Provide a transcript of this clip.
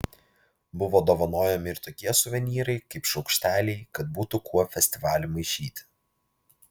buvo dovanojami ir tokie suvenyrai kaip šaukšteliai kad būtų kuo festivalį maišyti